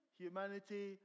humanity